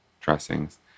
dressings